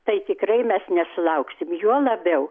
tai tikrai mes nesulauksim juo labiau